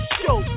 show